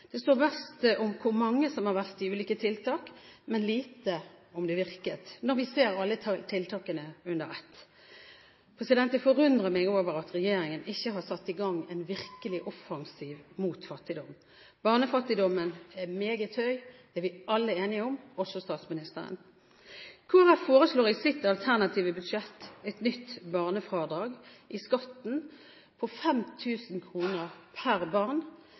Det står mest om hvor mange som har vært på ulike tiltak, men lite om hvorvidt de virket – når vi ser alle tiltakene under ett. Det forundrer meg at regjeringen ikke har satt i gang en virkelig offensiv mot fattigdom. Barnefattigdommen er meget høy – det er vi alle enige om, også statsministeren. Kristelig Folkeparti foreslår i sitt alternative budsjett et nytt barnefradrag i skatten på 5 000 kr per barn.